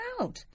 out